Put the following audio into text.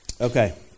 Okay